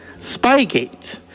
Spygate